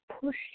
push